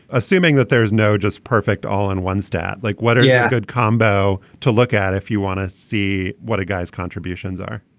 assuming that there's no just perfect all in one stat like what are you yeah good combo to look at if you want to see what a guy's contributions are?